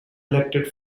elected